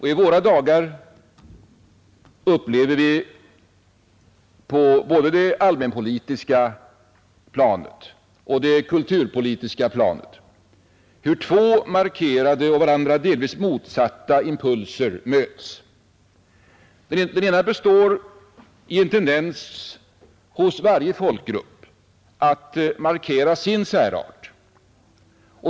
I våra dagar upplever vi på både det allmänpolitiska och det kulturpolitiska planet hur två markerade och varandra delvis motsatta impulser möts. Den ena består i en tendens hos varje folkgrupp att markera sin särart.